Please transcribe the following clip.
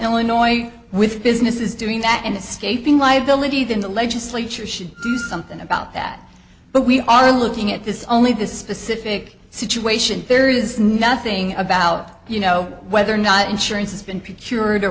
illinois with businesses doing that in the scaping liability then the legislature should do something about that but we are looking at this only the specific situation there is nothing about you know whether or not insurance has been procured or